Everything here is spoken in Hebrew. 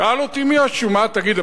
שאל אותי מישהו: תגיד,